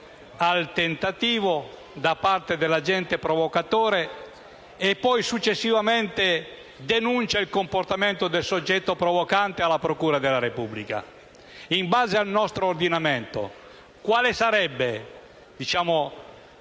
al tentativo, da parte dell'agente provocatore, e poi successivamente denuncia il comportamento del soggetto provocante alla procura della Repubblica? In base al nostro ordinamento, quale sarebbe il